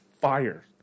fire